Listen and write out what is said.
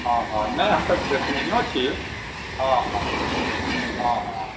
हँ हँ नहि हम तऽ देखनहो छी हँ हँ हँ हँ